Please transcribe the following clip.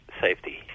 safety